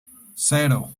cero